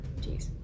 Jeez